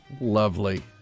lovely